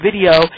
video